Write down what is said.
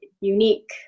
unique